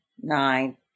nine